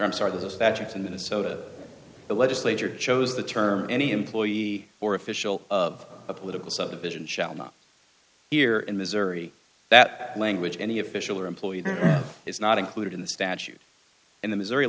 sorry the statute in minnesota the legislature chose the term any employee or official of a political subdivision shall not here in missouri that language any official or employee is not included in the statute in the missouri